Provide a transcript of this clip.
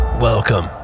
Welcome